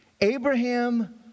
Abraham